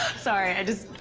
sorry. i just.